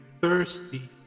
thirsty